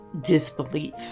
disbelief